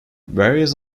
various